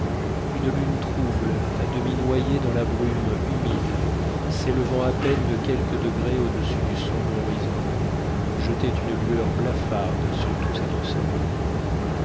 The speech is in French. une lune trouble à demi noyée dans la brume humide s'élevant à peine de quelques degrés audessus du sombre horizon jetait une lueur blafarde sur tout cet ensemble